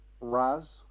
Raz